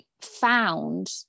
found